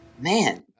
man